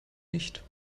nicht